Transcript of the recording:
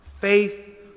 Faith